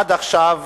עד עכשיו